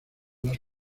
las